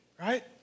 right